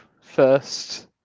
first